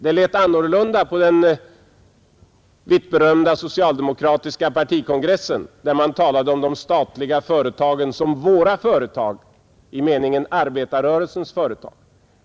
Det lät annorlunda på den vittberömda socialdemokratiska partikongressen, där man talade om de statliga företagen som ”våra företag” i meningen arbetarrörelsens företag.